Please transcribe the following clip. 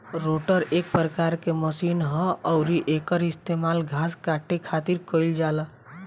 rotor एक प्रकार के मशीन ह अउरी एकर इस्तेमाल घास काटे खातिर कईल जाला